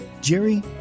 Jerry